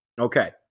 Okay